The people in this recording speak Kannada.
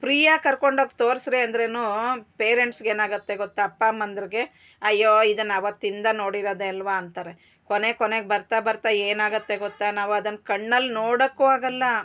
ಫ್ರೀಯಾಗಿ ಕರ್ಕೊಂಡೋಗಿ ತೋರಿಸ್ರಿ ಅಂದ್ರೇ ಪೇರೆಂಟ್ಸ್ಗೇನಾಗುತ್ತೆ ಗೊತ್ತ ಅಪ್ಪ ಅಮ್ಮಂದ್ರಿಗೆ ಅಯ್ಯೋ ಇದನ್ನು ಅವತ್ತಿಂದ ನೋಡಿರೋದೇ ಅಲ್ವ ಅಂತಾರೆ ಕೊನೆ ಕೊನೆಗೆ ಬರ್ತಾ ಬರ್ತಾ ಏನಾಗುತ್ತೆ ಗೊತ್ತ ನಾವು ಅದನ್ನು ಕಣ್ಣಲ್ಲಿ ನೋಡೋಕ್ಕೂ ಆಗೋಲ್ಲ